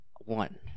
one